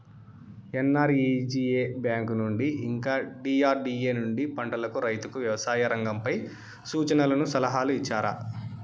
NREGA bank నుండి ఇంకా DRDA నుండి పంటలకు రైతుకు వ్యవసాయ రంగంపై సూచనలను సలహాలు ఇచ్చారా